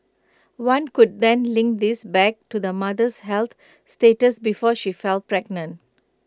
one could then link this back to the mother's health status before she fell pregnant